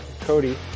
Cody